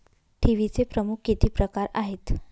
ठेवीचे प्रमुख किती प्रकार आहेत?